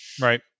Right